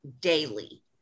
daily